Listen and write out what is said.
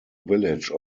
village